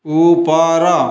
ଉପର